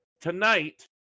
tonight